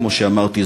כמו שאמרתי,